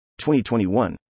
2021